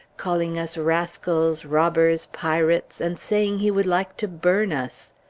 calling us rascals, robbers, pirates, and saying he would like to burn us!